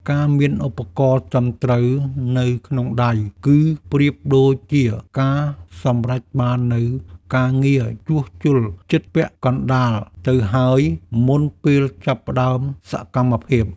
ការមានឧបករណ៍ត្រឹមត្រូវនៅក្នុងដៃ គឺប្រៀបដូចជាការសម្រេចបាននូវការងារជួសជុលជិតពាក់កណ្តាលទៅហើយ មុនពេលចាប់ផ្តើមសកម្មភាព។